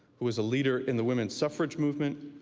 who is a leader in the women's suffrage movement,